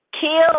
kill